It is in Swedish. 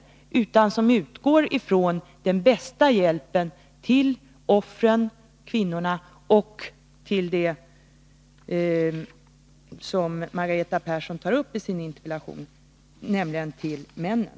Förslagen syftar till att ge den bästa hjälpen till offren, kvinnorna, och till dem som Margareta Persson tar upp i sin interpellation, nämligen männen.